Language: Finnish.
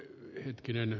hetkinen